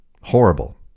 Horrible